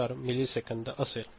024 मिलीसेकंद असेल